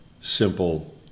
simple